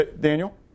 Daniel